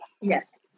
Yes